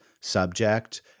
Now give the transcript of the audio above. subject